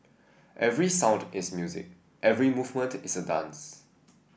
every sound is music every movement is a dance